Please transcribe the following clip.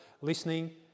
listening